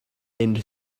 and